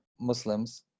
Muslims